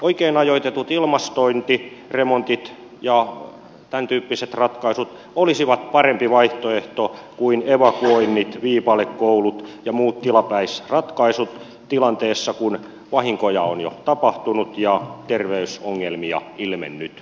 oikein ajoitetut ilmastointiremontit ja tämäntyyppiset ratkaisut olisivat parempi vaihtoehto kuin evakuoinnit viipalekoulut ja muut tilapäisratkaisut tilanteessa kun vahinkoja on jo tapahtunut ja terveysongelmia ilmennyt